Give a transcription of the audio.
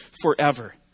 forever